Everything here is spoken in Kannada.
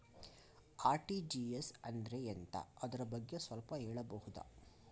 ಆರ್.ಟಿ.ಜಿ.ಎಸ್ ಅಂದ್ರೆ ಎಂತ ಅದರ ಬಗ್ಗೆ ಸ್ವಲ್ಪ ಹೇಳಬಹುದ?